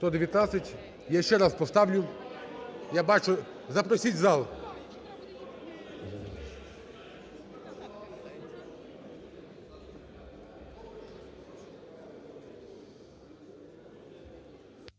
Я ще раз поставлю. Я бачу… Запросіть в зал.